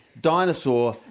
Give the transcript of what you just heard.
Dinosaur